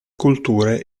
culture